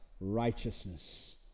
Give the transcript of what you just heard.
righteousness